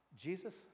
Jesus